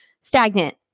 stagnant